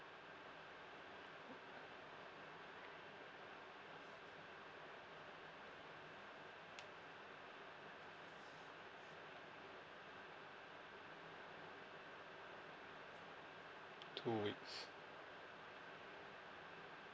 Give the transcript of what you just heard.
two weeks